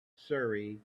surrey